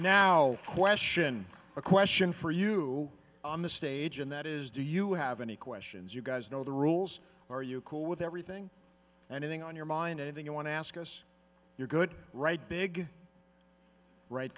now question a question for you on the stage and that is do you have any questions you guys know the rules are you cool with everything and then on your mind anything you want to ask us you're good right big right